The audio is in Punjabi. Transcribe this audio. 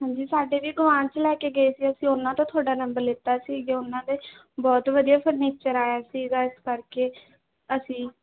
ਹਾਂਜੀ ਸਾਡੇ ਵੀ ਗੁਆਂਢ 'ਚ ਲੈ ਕੇ ਗਏ ਸੀ ਅਸੀਂ ਉਨ੍ਹਾਂ ਤੋਂ ਤੁਹਾਡਾ ਨੰਬਰ ਲਿੱਤਾ ਸੀ ਜੋ ਉਨ੍ਹਾਂ ਦੇ ਬਹੁਤ ਵਧੀਆ ਫਰਨੀਚਰ ਆਇਆ ਸੀਗਾ ਇਸ ਕਰਕੇ ਅਸੀਂ